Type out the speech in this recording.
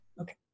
Okay